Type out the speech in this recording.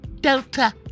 Delta